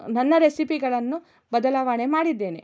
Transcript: ನನ್ನ ರೆಸಿಪಿಗಳನ್ನು ಬದಲಾವಣೆ ಮಾಡಿದ್ದೇನೆ